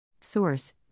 Source